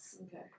Okay